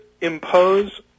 impose